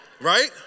Right